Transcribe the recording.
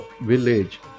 village